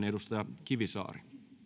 edustaja kivisaari puhemies